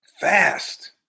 Fast